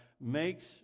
makes